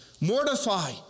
Mortify